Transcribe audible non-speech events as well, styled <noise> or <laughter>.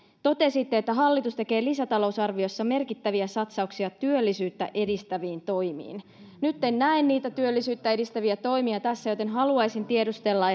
totesitte että hallitus tekee lisätalousarviossa merkittäviä satsauksia työllisyyttä edistäviin toimiin nyt en näe niitä työllisyyttä edistäviä toimia tässä joten haluaisin tiedustella <unintelligible>